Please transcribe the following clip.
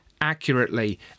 accurately